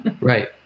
right